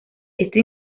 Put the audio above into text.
esto